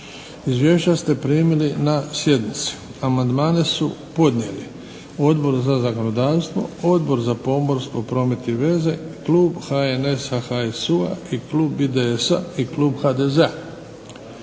Izvješća ste primili na sjednici. Amandmane su podnijeli Odbor za zakonodavstvo, Odbor za pomorstvo, promet i veze, klub HNS-HSU-a i klub IDS-a i klub HDZ-a.